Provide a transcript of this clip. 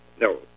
No